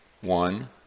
one